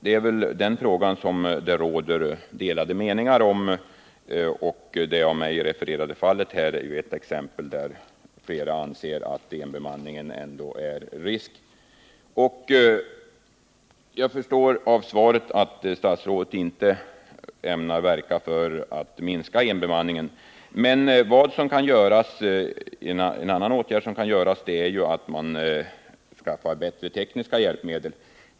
Det är väl den frågan som det råder delade meningar om, och det av mig refererade fallet är ett exempel på detta. Det visar att flera anser att enbemanningen utgör en risk. Men jag förstår av svaret att statsrådet inte ämnar verka för att minska antalet tåg med enbemanning. En annan åtgärd som kan vidtas är att skaffa bättre tekniska hjälpmedel.